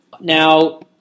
Now